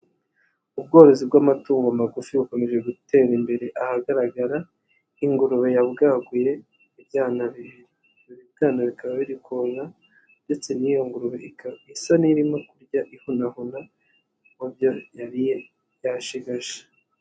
Ubworozi bw'amatungo magufi bukomeje gutera imbere, ahagaragara ingurube yabwaguye ibyana bibiri, ibi bibwana bikaba birikonka ndetse n'iyo ngurube ikaba isa n'irimo kurya ihunahuna mu byo yariye yashigaje.